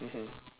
mmhmm